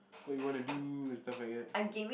what you wanna do and stuff like that